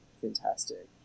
fantastic